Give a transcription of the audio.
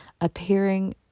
appearing